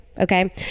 okay